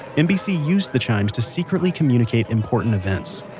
nbc used the chimes to secretly communicate important events.